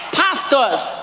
pastors